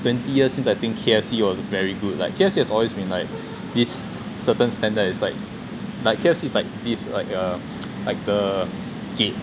twenty years since I think K_F_C was very good like K_F_C has always been like this certain standard is like K_F_C is like this uh game